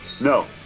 No